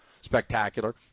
spectacular